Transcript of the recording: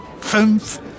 fünf